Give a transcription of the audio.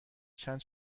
چند